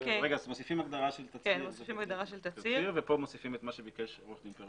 מוסיפים הגדרה של תצהיר וכאן מוסיפים את מה שביקש עורך דין פרלמוטר.